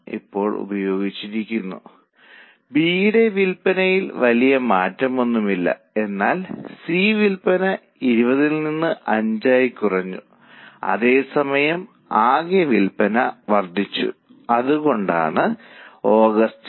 ഇപ്പോൾ സ്വാഭാവികമായും മാനേജ്മെന്റ് കുറഞ്ഞ ലാഭത്തിൽ സന്തുഷ്ടരല്ല അവർക്ക് കൂടുതൽ അനുയോജ്യമായ ഒരു തന്ത്രവും മികച്ച ബിസിനസ്സ് ചെയ്യുന്നതിനുള്ള മികച്ച മാർഗവും വേണം